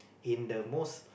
in the most